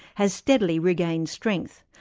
has steadily regained strength.